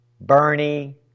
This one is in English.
Bernie